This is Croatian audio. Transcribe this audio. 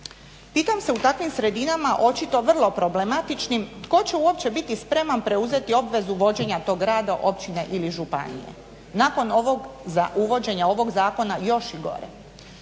Pitam se u takvim sredinama, očito vrlo problematičnim, tko će uopće biti spreman preuzeti obvezu vođenja tog rada, općine ili županije, nakon ovog, uvođenja ovog zakona još i gore.